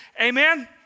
Amen